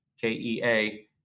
K-E-A